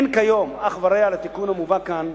אין כיום אח ורע לתיקון המובא כאן,